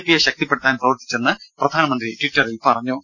പിയെ ശക്തിപ്പെടുത്താൻ പ്രവർത്തിച്ചെന്ന് പ്രധാനമന്ത്രി ട്വിറ്ററിൽ പറഞ്ഞു